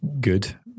Good